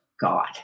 god